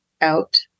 out